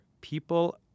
people